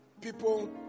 people